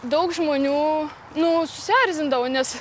daug žmonių nu susierzindavo nes